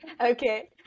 okay